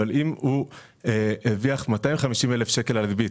אבל אם הוא הרוויח 250,000 שקל על הריבית